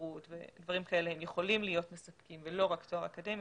בגרות ודברים כאלה יכולים להיות מספקים ולא רק תואר אקדמי,